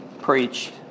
preached